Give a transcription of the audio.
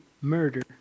murder